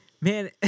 Man